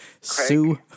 Sue